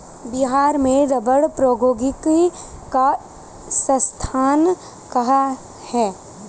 बिहार में रबड़ प्रौद्योगिकी का संस्थान कहाँ है?